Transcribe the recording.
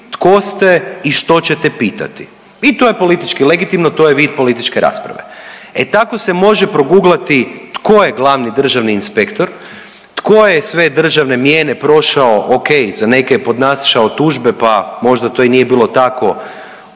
tko ste i što ćete pitati. I to je politički legitimno, to je vid političke rasprave. E tako se može proguglati tko je glavni državni inspektor, tko je sve državne mijene prošao, ok za neke je podnašao tužbe pa možda to i nije bilo tako,